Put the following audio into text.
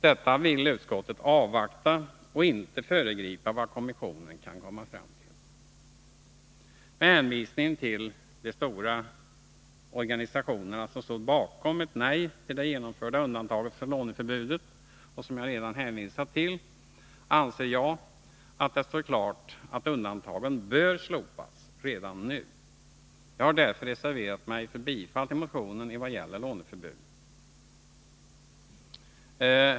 Detta vill utskottet avvakta och inte föregripa vad kommissionen kan komma fram till. Med hänvisning till de stora organisationer som stod bakom ett nej till det genomförda undantaget från låneförbudet och som jag redan nämnt anser jag att det står klart att undantagen bör slopas redan nu. Jag har därför reserverat mig för bifall till motionen i vad gäller låneförbudet.